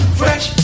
fresh